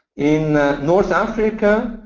in north africa,